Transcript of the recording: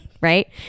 right